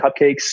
Cupcakes